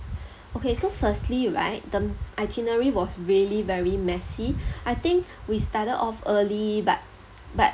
okay so firstly right the itinerary was really very messy I think we started off early but but